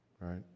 right